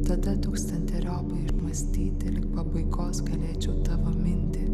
tada tūkstanteriopai išmąstyti lig pabaigos galėčiau tavo mintį